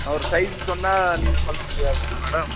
நான் ஒரு சைசு சொன்னால் நீங்கள் சொல்ல முடியாதுங்களா மேடம்